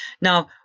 Now